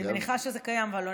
אני מניחה שזה קיים, אבל אני